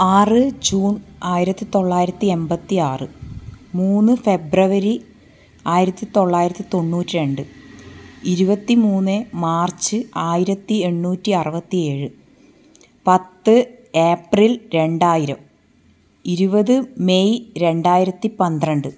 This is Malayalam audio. ആറ് ജൂൺ ആയിരത്തി തൊള്ളായിരത്തി എൺപത്തി ആറ് മൂന്ന് ഫെബ്രവരി ആയിരത്തി തൊള്ളായിരത്തി തൊണ്ണൂറ്റി രണ്ട് ഇരുപത്തി മൂന്ന് മാർച്ച് ആയിരത്തി എണ്ണൂറ്റി അറുപത്തി ഏഴ് പത്ത് ഏപ്രിൽ രണ്ടായിരം ഇരുപത് മെയ് രണ്ടായിരത്തി പന്ത്രണ്ട്